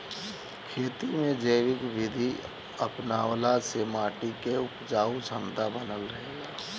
खेती में जैविक विधि अपनवला से माटी के उपजाऊ क्षमता बनल रहेला